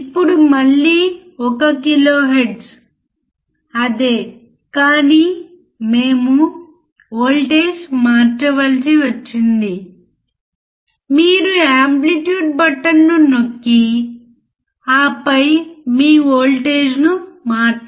6 యొక్క అవుట్పుట్ను పొందుతున్నాము ఇప్పటికీ అది క్లిప్ చేయబడలేదు ఎందుకంటే ఇప్పటికీ ఈ ఇన్పుట్ లేదా అవుట్పుట్ సిగ్నల్ బయాస్ వోల్టేజ్ కంటే తక్కువగా ఉంది